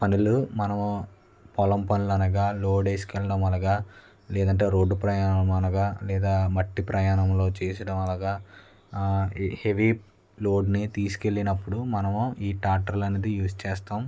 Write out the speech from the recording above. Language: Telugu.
పనులు మనం పొలం పనులు అనగా లోడు వేసుకెళ్ళడం అనగా లేదంటే రోడ్డు ప్రయాణం అనగా లేదా మట్టి ప్రయాణంలో చేయడం అనగా హెవీ లోడ్ని తీసుకెళ్ళినప్పుడు మనం ఈ ట్రాక్టర్లు అన్నది యూజ్ చేస్తాం